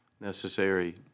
necessary